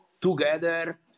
together